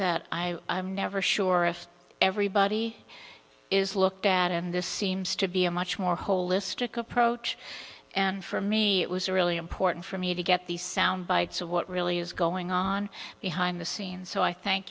that i i'm never sure if everybody is looked at and this seems to be a much more holistic approach and for me it was a really important for me to get these sound bites of what really is going on behind the scenes so i thank